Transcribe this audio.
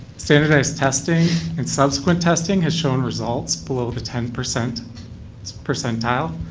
standardized testing and subsequent testing has shown results below the ten percent percentile.